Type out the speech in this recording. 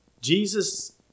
Jesus